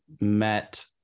met